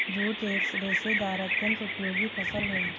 jute एक रेशेदार अत्यन्त उपयोगी फसल है